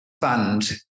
fund